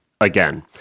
again